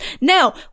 Now